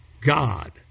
God